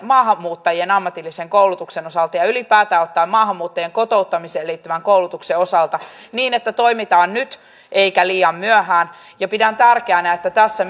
maahanmuuttajien ammatillisen koulutuksen osalta ja ylipäätään ottaen maahanmuuttajien kotouttamiseen liittyvän koulutuksen osalta niin että toimitaan nyt eikä liian myöhään pidän tärkeänä että tässä